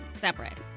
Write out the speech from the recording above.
Separate